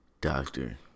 doctor